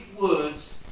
words